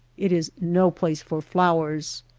it is no place for flowers.